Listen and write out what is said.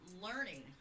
learning